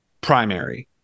primary